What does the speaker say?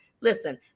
Listen